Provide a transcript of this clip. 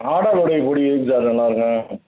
ஆடாதொடை பொடி எதுக்கு சார் நல்லா இருக்கும்